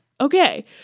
Okay